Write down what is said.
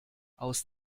aus